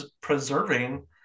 preserving